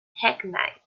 hackneyed